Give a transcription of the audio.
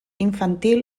infantil